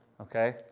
Okay